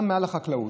גם מעל החקלאות.